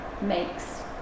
makes